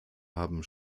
haben